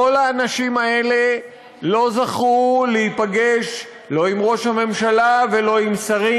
כל האנשים האלה לא זכו להיפגש לא עם ראש הממשלה ולא עם שרים.